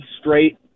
straight